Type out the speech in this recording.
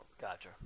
gotcha